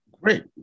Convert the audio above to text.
Great